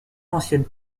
anciennes